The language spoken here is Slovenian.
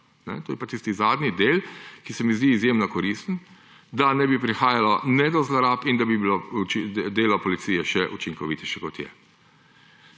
To je pa tisti zadnji del, ki se mi zdi izjemno koristen, da ne bi prihajalo do zlorab in da bi bilo delo policije še učinkovitejše, kot je.